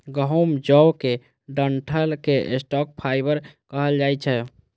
गहूम, जौ के डंठल कें स्टॉक फाइबर कहल जाइ छै